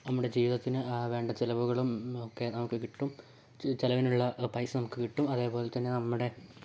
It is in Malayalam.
നമ്മുടെ ജീവിതത്തിന് വേണ്ട ചെലവുകളും ഒക്കെ നമുക്ക് കിട്ടും ചെലവിനുള്ള പൈസ നമക്ക് കിട്ടും അതേപോലെ തന്നെ നമ്മടെ